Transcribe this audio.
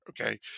Okay